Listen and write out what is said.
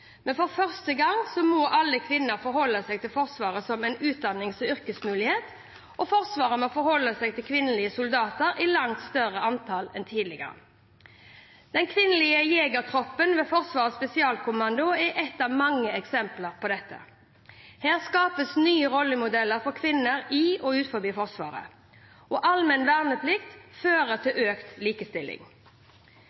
men for første gang må alle kvinner forholde seg til Forsvaret som en utdannings- og yrkesmulighet, og Forsvaret må forholde seg til kvinnelige soldater i langt større antall enn tidligere. Den kvinnelige jegertroppen ved Forsvarets spesialkommando er ett av mange eksempler på dette. Her skapes nye rollemodeller for kvinner i og utenfor Forsvaret. Allmenn verneplikt fører til